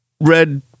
red